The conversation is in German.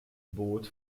boot